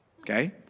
okay